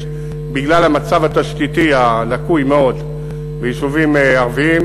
בגלל המצב התשתיתי הלקוי מאוד ביישובים ערביים,